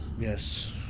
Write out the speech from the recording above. Yes